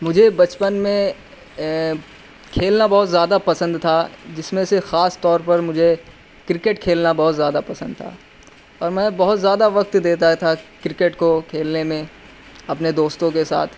مجھے بچپن میں کھیلنا بہت زیادہ پسند تھا جس میں سے خاص طور پر مجھے کرکٹ کھیلنا بہت زیادہ پسند تھا اور میں بہت زیادہ وقت دیتا تھا کرکٹ کو کھیلنے میں اپنے دوستوں کے ساتھ